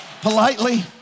politely